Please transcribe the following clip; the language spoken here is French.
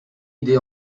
idée